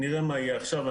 נראה מה יהיה עכשיו.